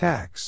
Tax